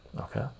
Okay